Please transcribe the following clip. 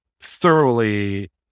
thoroughly